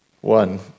One